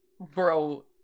bro